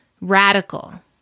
radical